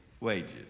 wages